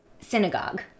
synagogue